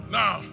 now